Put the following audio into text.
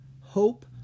Hope